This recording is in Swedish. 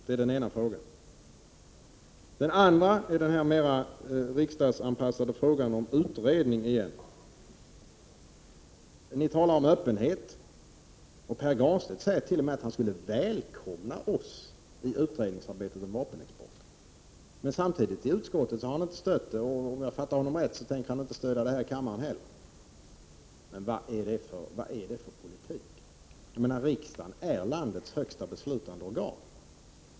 Det är den ena frågan. Den andra är den mer riksdagsanpassade frågan om utredning. Ni talar om öppenhet, och Pär Granstedt säger t.o.m. att han skulle välkomna oss i utredningsarbetet om vapenexporten. Samtidigt har han i utskottsarbetet inte stött det kravet, och om jag har fattat honom rätt tänker han inte heller stödja det här i kammaren. Vad är det för politik? Riksdagen är landets högsta beslutande organ.